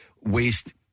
waste